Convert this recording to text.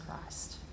Christ